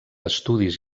estudis